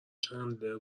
چندلر